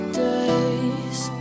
days